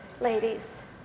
ladies